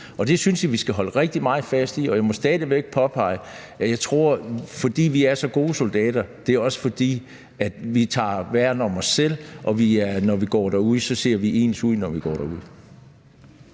Det synes jeg vi skal holde rigtig meget fast i, og jeg må stadig væk påpege, at jeg tror, at det, at vi er så gode soldater, også er, fordi vi værner om os selv, og fordi vi, når vi går derud,